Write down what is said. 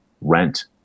rent